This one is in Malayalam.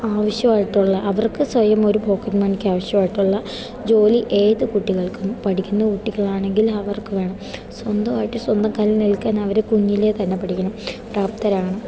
ആവശ്യമായിട്ടുള്ള അവർക്ക് സ്വയം ഒരു പോക്കറ്റ് മണിക്ക് ആവശ്യമായിട്ടുള്ള ജോലി ഏത് കുട്ടികൾക്കും പഠിക്കുന്ന കുട്ടികളാണെങ്കിൽ അവർക്ക് വേണം സ്വന്തമായിട്ട് സ്വന്തം കാലിൽനിൽക്കാൻ അവർ കുഞ്ഞിലേ തന്നെ പഠിക്കണം പ്രാപ്തരാവണം